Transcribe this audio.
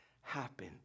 happen